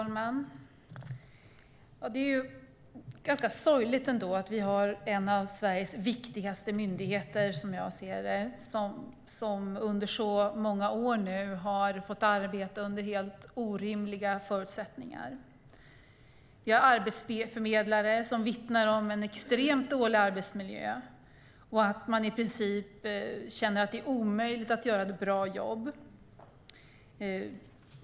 Herr talman! Det är ganska sorgligt att en av Sveriges viktigaste myndigheter nu under så många år har fått arbeta under helt orimliga förutsättningar. Arbetsförmedlare vittnar om en extremt dålig arbetsmiljö och att de känner att det i princip är omöjligt att göra ett bra jobb.